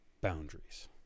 boundaries